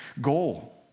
goal